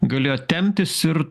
galėjo temptis ir